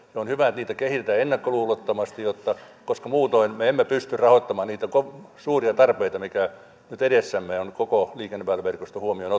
on hyvä että niitä kehitetään ennakkoluulottomasti koska muutoin me emme pysty rahoittamaan niitä suuria tarpeita mitä nyt edessämme on koko liikenneväyläverkosto huomioon